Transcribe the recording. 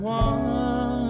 one